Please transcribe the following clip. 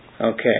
Okay